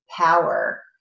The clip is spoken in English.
power